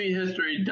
history